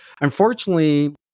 unfortunately